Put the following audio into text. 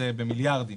זה במיליארדים